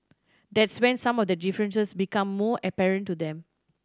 that's when some of the differences become more apparent to them